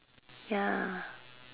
ya